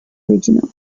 original